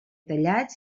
tallats